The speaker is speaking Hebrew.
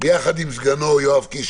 יחד עם סגנו יואב קיש,